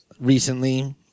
recently